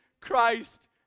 Christ